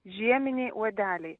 žieminiai uodeliai